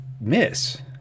miss